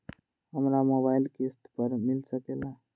हमरा मोबाइल किस्त पर मिल सकेला?